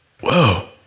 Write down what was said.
whoa